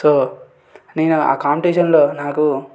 so నేను ఆ కాంపిటీషన్లో నాకు